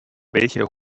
welcher